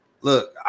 Look